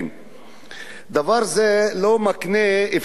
דבר זה לא מקנה אפשרות לנשים